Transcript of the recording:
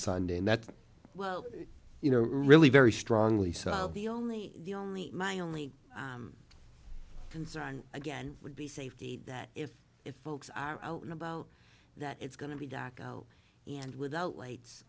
sunday and that well you know really very strongly so the only the only my only concern again would be safety that if if folks are out and about that it's going to be back and without lights